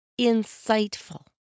insightful